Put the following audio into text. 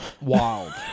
Wild